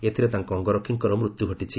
ଏଥିରେ ତାଙ୍କ ଅଙ୍ଗରକ୍ଷୀଙ୍କର ମୃତ୍ୟୁ ଘଟିଛି